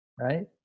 right